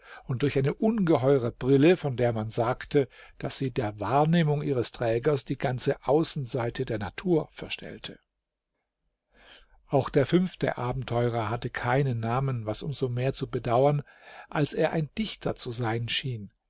und durch eine ungeheure brille von der man sagte daß sie der wahrnehmung ihres trägers die ganze außenseite der natur verstellte auch der fünfte abenteurer hatte keinen namen was um so mehr zu bedauern als er ein dichter zu sein schien